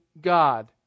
God